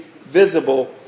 visible